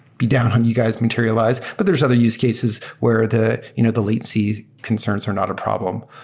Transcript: be down on you guys, materialized, but there's other use cases where the you know the latency concerns are not a problem,